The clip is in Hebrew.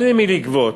אין ממי לגבות.